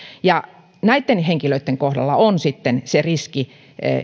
näitten henkilöitten kohdalla on se riski